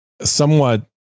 somewhat